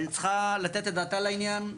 צריכה לתת את דעתה לעניין.